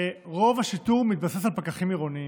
רוב השיטור מתבסס על פקחים עירוניים,